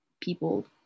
people